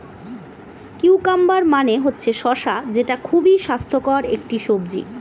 cucumber মানে হচ্ছে শসা যেটা খুবই স্বাস্থ্যকর একটি সবজি